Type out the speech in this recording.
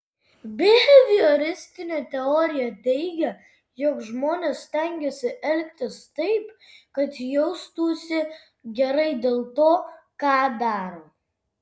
bihevioristinė teorija teigia jog žmonės stengiasi elgtis taip kad jaustųsi gerai dėl to ką daro